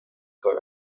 کند